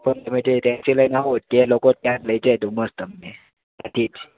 પણ તમે જે ટેક્સી લઈને આવો તે લોકો જ ત્યાં જ લઈ જાય ડુમ્મસ તમને ત્યાંથી